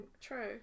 True